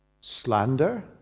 slander